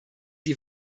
die